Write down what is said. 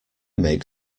make